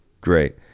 great